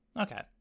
Okay